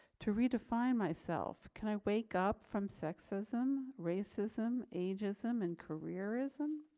to redefine myself? can i wake up from sexism, racism, ageism and careerism